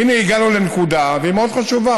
הינה, הגענו לנקודה, והיא מאוד חשובה: